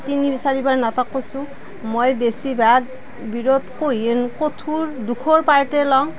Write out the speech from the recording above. তিনি চাৰি বাৰ নাটক কৰিছোঁ মই বেছি ভাগ বিৰত কৰিয়ে কথোৰ দুখৰ পাৰ্টে লওঁ